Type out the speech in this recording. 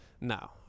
No